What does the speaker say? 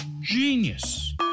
genius